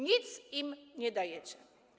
Nic im nie dajecie.